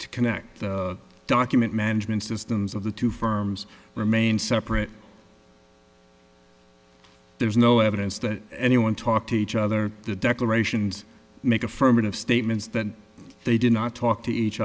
to connect the document management systems of the two firms remain separate there's no evidence that anyone talked to each other the declarations make affirmative statements that they did not talk to each